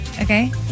okay